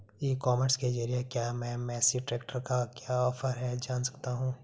ई commerce के ज़रिए क्या मैं मेसी ट्रैक्टर का क्या ऑफर है जान सकता हूँ?